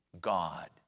God